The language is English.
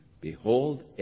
Behold